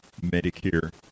Medicare